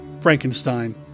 Frankenstein